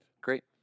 Great